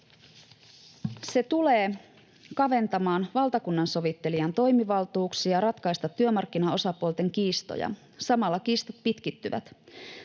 Se tulee kaventamaan valtakunnansovittelijan toimivaltuuksia ratkaista työmarkkinaosapuolten kiistoja. Samalla kiistat pitkittyvät.